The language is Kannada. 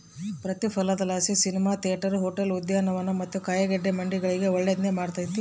ಪ್ರತಿಫಲನದಲಾಸಿ ಸಿನಿಮಾ ಥಿಯೇಟರ್, ಹೋಟೆಲ್, ಉದ್ಯಾನವನ ಮತ್ತೆ ಕಾಯಿಗಡ್ಡೆ ಮಂಡಿಗಳಿಗೆ ಒಳ್ಳೆದ್ನ ಮಾಡೆತೆ